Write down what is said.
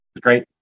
great